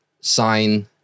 sign